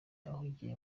ahugiye